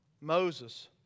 Moses